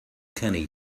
kenny